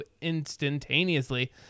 instantaneously